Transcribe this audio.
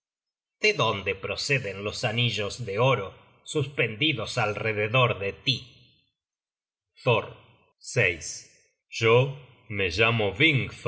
de dónde proceden los anillos de oro suspendidos alrededor de tí thor yo me llamo